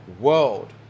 world